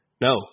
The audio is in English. no